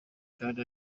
kandi